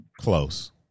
close